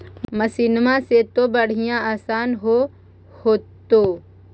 मसिनमा से तो बढ़िया आसन हो होतो?